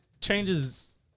changes